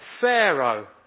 Pharaoh